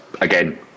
again